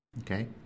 Okay